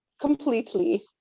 completely